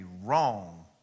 wrong